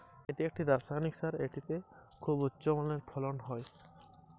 NPK সার কি এবং এটি কিভাবে কাজ করে?